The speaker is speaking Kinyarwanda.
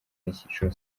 n’icyiciro